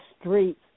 streets